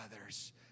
others